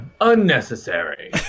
Unnecessary